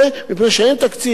ולפרויקט כזה, במיליונים,